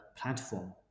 platform